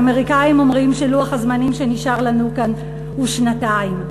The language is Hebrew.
האמריקנים אומרים שלוח הזמנים שנשאר לנו כאן הוא שנתיים.